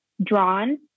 drawn